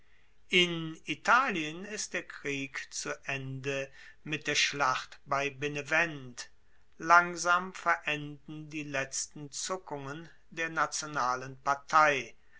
in italien ist der krieg zu ende mit der schlacht bei benevent langsam verenden die letzten zuckungen der nationalen partei